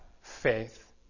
faith